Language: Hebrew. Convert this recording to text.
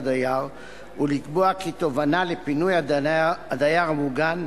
הדייר ולקבוע כי תובענה לפינוי הדייר המוגן,